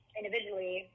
individually